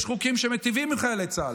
יש חוקים שמיטיבים עם חיילי צה"ל.